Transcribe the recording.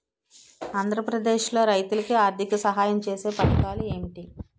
ఆంధ్రప్రదేశ్ లో రైతులు కి ఆర్థిక సాయం ఛేసే పథకాలు ఏంటి?